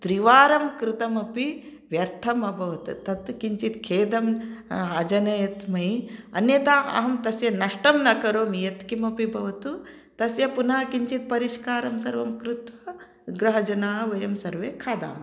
त्रिवरं कृतमपि व्यर्थम् अभवत् तत् किञ्चित् खेदं अजनयत् मयि अन्यथा अहं नष्टं न करोमि यत् किमपि भवतु तस्य पुनः किञ्चित् परिष्कारं सर्वं कृत्त्वा ग्रहजनाः वयं सर्वे खादामः